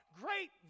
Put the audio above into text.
great